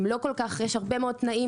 יש הרבה מאוד תנאים.